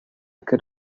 could